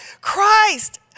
Christ